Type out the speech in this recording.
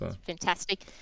Fantastic